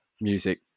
music